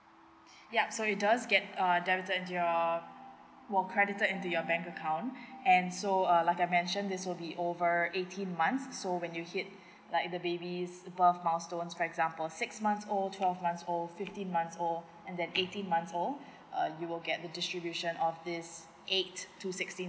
yes so it does get err debited into your err more credited into your bank account and so uh like I mention this will be overeighteen months so when you hit like the baby's birth milestones for example six months old twelve months old fifteen months old and then eighteen months old err you will get the distribution of this eight to sixteen